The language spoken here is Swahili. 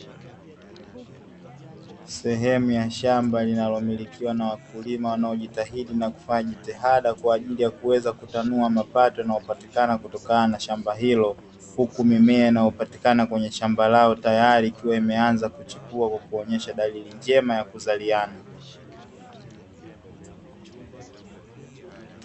Sehemu ya shamba linalomilikiwa na wakulima wanaojitahidi na kufanya jitihada kwa ajili ya kuweza kutanua mapato yanayopatikana kutokana na shamba hilo. Huku mimea inayopatikana kwenye shamba lao tayari ikiwa imeanza kuchipua kwa kuonyesha dalili njema ya kuzaliana.